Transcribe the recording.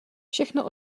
všechno